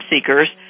seekers